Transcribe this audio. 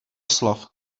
slov